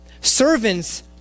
servants